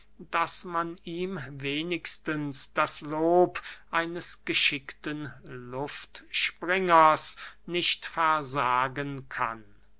daß man ihm wenigstens das lob eines geschickten luftspringers nicht versagen kann